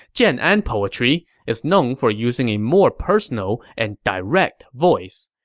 jian'an and poetry is known for using a more personal and direct voice.